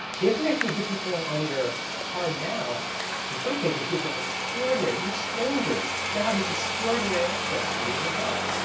the information you give people on your card now in some cases gives them extraordinary they're strangers. now have this extraordinary access to you anytime,